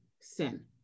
sin